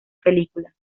película